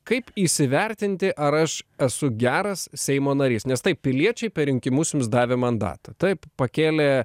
kaip įsivertinti ar aš esu geras seimo narys nes taip piliečiai per rinkimus jums davė mandatą taip pakėlė